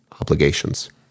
obligations